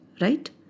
Right